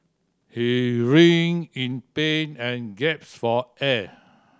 he writhed in pain and gaps for air